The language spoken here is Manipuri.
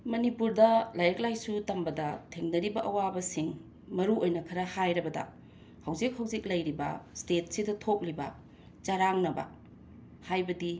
ꯃꯅꯤꯄꯨꯔꯗ ꯂꯥꯏꯔꯤꯛ ꯂꯥꯏꯁꯨ ꯇꯝꯕꯗ ꯊꯦꯡꯅꯔꯤꯕ ꯑꯋꯥꯕꯁꯤꯡ ꯃꯔꯨ ꯑꯣꯏꯅ ꯈꯔ ꯍꯥꯏꯔꯕꯗ ꯍꯧꯖꯤꯛ ꯍꯧꯖꯤꯛ ꯂꯩꯔꯤꯕ ꯁ꯭ꯇꯦꯠꯁꯤꯗ ꯊꯣꯛꯂꯤꯕ ꯆꯔꯥꯡꯅꯕ ꯍꯥꯏꯕꯗꯤ